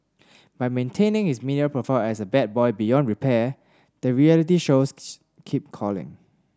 by maintaining his media profile as a bad boy beyond repair the reality shows keep calling